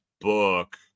book